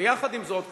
ויחד עם זאת,